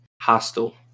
Hostile